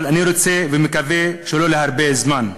ואני רוצה ומקווה שלא להרבה זמן.